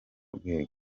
rwego